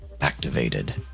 activated